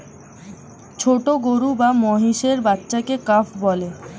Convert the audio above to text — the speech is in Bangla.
ছোট গরু বা মহিষের বাচ্চাকে কাফ বলে